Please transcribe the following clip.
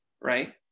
right